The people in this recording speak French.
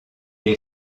est